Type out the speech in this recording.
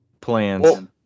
plans